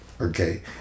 Okay